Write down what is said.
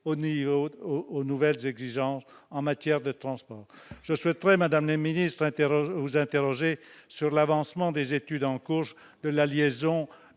aux nouvelles exigences en matière de transport. Je souhaite, madame la ministre, vous interroger sur l'avancement des études en cours relatives à la liaison